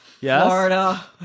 Florida